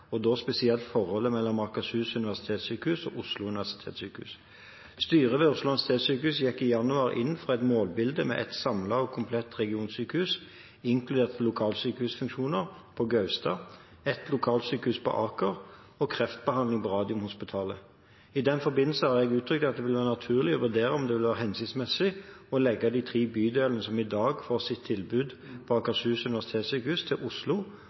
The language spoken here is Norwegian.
og da spesielt forholdet mellom Akershus universitetssykehus og Oslo universitetssykehus. Styret ved Oslo universitetssykehus gikk i januar inn for et målbilde med et samlet og komplett regionsykehus – inkludert lokalsykehusfunksjoner – på Gaustad, et lokalsykehus på Aker og kreftbehandling på Radiumhospitalet. I den forbindelse har jeg uttrykt at det vil være naturlig å vurdere om det vil være hensiktsmessig å legge de tre bydelene som i dag får sitt tilbud på Akershus universitetssykehus, til Oslo,